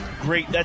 Great